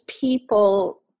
people